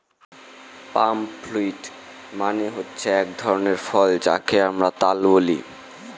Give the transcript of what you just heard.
পাম fruit মানে হল এক ধরনের ফল যাকে আমরা তাল বলি